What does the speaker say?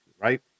right